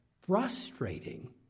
frustrating